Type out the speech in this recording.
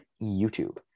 YouTube